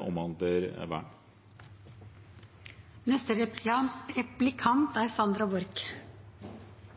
omhandler